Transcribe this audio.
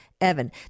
evan